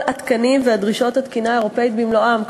התקנים ודרישות התקינה האירופית במלואם,